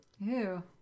Ew